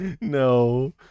no